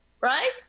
right